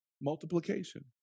Multiplication